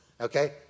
Okay